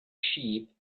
sheep